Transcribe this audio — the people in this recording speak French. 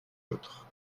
l’autre